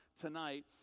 tonight